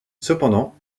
cependant